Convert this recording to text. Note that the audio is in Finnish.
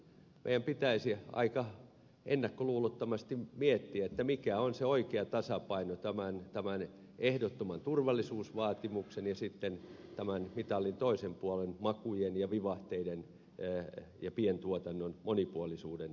meidän pitäisi aika ennakkoluulottomasti miettiä mikä on se oikea tasapaino tämän ehdottoman turvallisuusvaatimuksen ja tämän mitalin toisen puolen makujen ja vivahteiden ja pientuotannon monipuolisuuden välillä